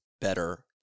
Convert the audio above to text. better